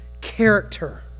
character